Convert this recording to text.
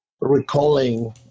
recalling